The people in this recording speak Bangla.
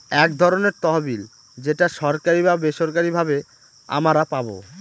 এক ধরনের তহবিল যেটা সরকারি বা বেসরকারি ভাবে আমারা পাবো